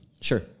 sure